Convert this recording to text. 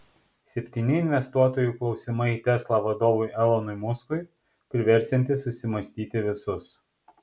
septyni investuotojų klausimai tesla vadovui elonui muskui priversiantys susimąstyti visus